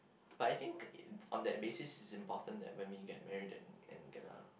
but I think on that basis it's important that when we get married and we get a